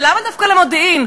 ולמה דווקא למודיעין?